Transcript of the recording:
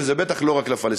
וזה בטח לא רק לפלסטינים.